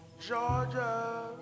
Georgia